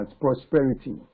prosperity